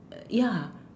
ya